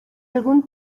algún